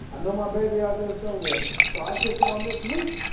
i know my baby's out there somewhere. so i'll catch ya'll next week